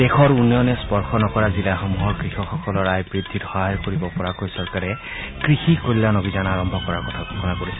দেশৰ উন্নয়নে স্পৰ্শ নকৰা জিলাসমূহৰ কৃষকসকলৰ আয় বৃদ্ধিত সহায় কৰিব পৰাকৈ চৰকাৰে কৃষি কল্যাণ অভিযান আৰম্ভ কৰাৰ কথা ঘোষণা কৰিছে